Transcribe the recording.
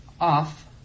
off